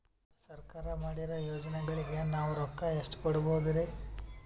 ಸರ್ಕಾರ ಮಾಡಿರೋ ಯೋಜನೆಗಳಿಗೆ ನಾವು ರೊಕ್ಕ ಎಷ್ಟು ಪಡೀಬಹುದುರಿ?